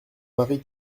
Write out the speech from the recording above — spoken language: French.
marie